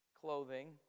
clothing